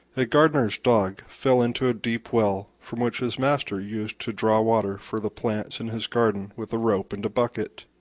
a gardner's dog fell into a deep well, from which his master used to draw water for the plants in his garden with a rope and a bucket.